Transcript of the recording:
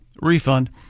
refund